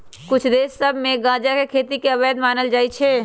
कुछ देश सभ में गजा के खेती के अवैध मानल जाइ छै